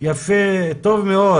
יפה וטוב מאוד.